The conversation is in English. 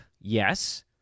yes